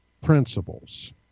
principles